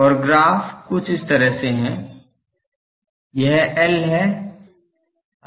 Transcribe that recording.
और ग्राफ कुछ इस तरह से हैं यह L है